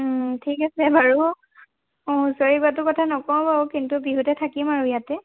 ঠিক আছে বাৰু অঁ হুঁচৰি পতা কথাটো নকওঁ বাৰু কিন্তু বিহুতে থাকিম আৰু ইয়াতে